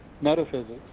metaphysics